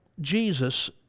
jesus